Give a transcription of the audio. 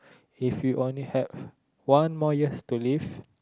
if you only have one more years to live